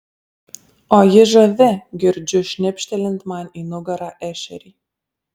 o ji žavi girdžiu šnipštelint man į nugarą ešerį